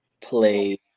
play